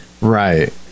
Right